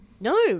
No